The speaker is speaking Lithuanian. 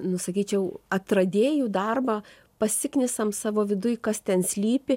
nu sakyčiau atradėjų darbą pasiknisam savo viduj kas ten slypi